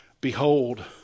Behold